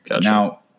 Now